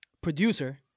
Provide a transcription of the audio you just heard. producer